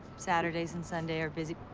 saturdays and sunday are busy.